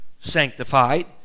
sanctified